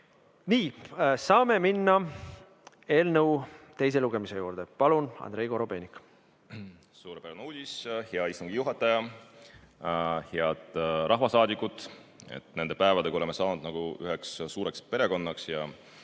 Nii, saame minna eelnõu teise lugemise juurde. Palun, Andrei Korobeinik! Suurepärane uudis. Hea istungi juhataja! Head rahvasaadikud! Nende päevadega oleme saanud nagu üheks suureks perekonnaks ja